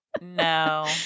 no